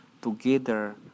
together